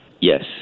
Yes